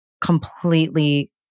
completely